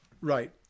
Right